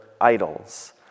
idols